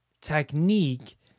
technique